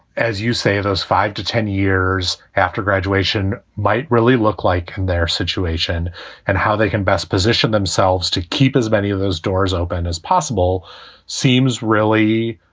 as you say, those five to ten years after graduation might really look like and their situation and how they can best position themselves to keep as many of those doors open as possible seems really,